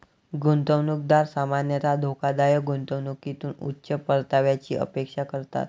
गुंतवणूकदार सामान्यतः धोकादायक गुंतवणुकीतून उच्च परताव्याची अपेक्षा करतात